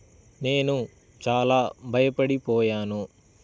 నేను చాలా భయపడిపోయాను